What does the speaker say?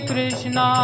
Krishna